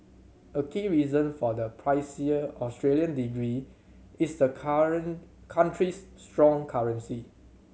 a key reason for the pricier Australian degree is the ountry's strong currency